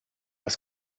aus